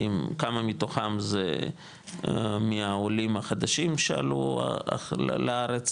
האם כמה מתוכם זה מהעולים החדשים שעלו לארץ,